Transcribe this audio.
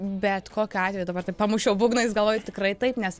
bet kokiu atveju dabar tik pamušiau būgnais galvoju tikrai taip nes